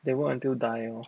they work until die leh